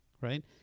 right